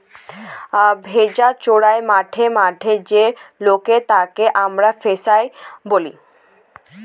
ভেড়া চোরাই মাঠে মাঠে যে লোক তাকে আমরা শেপার্ড বলি